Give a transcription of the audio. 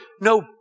no